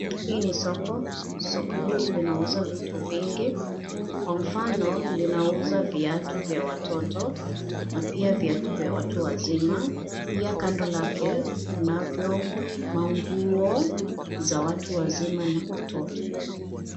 Hii ni soko. Soko hili linauza vitu vingi kwa mfano linauza viatu vya watoto na pia viatu vya watu wazima. Pia kando lake kunavyo manguo za Watu wazima na watoto.